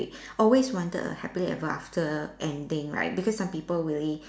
always wanted a happily ever after ending right because some people really